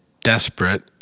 desperate